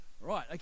right